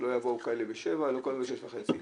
שלא יבואו חלק בשבע וכאלה בשש וחצי,